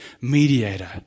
mediator